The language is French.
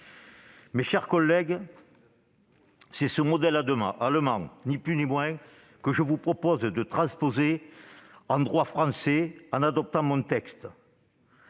Mes chers collègues, c'est ce modèle allemand, ni plus ni moins, que je vous propose de transposer en droit français, en adoptant ce texte.